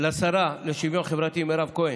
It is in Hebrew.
לשרה לשוויון חברתי מירב כהן,